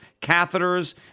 catheters